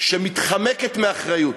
שמתחמקת מאחריות,